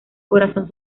corazón